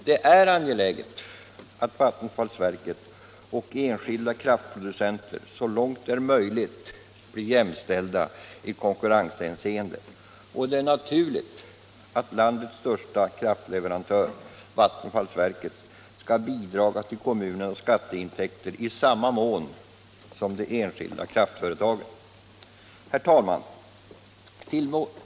Det är angeläget att vattenfallsverket och enskilda kraftproducenter så långt det är möjligt blir jämställda i konkurrenshänseende, och det är naturligt att landets största kraftleverantör, vattenfallsverket, skall bidraga till kommunernas skatteintäkter i samma mån som de enskilda kraftföretagen. Herr talman!